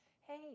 hey